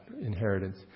inheritance